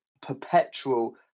perpetual